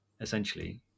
essentially